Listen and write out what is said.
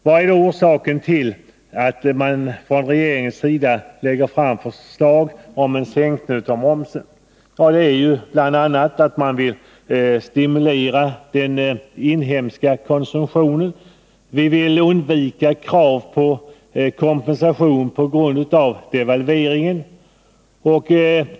Vad är då orsaken till att man från regeringens sida lägger fram förslag om en sänkning av momsen? Vi vill bl.a. stimulera den inhemska konsumtionen, och vi vill undvika krav på kompensation på grund av devalveringen.